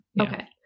Okay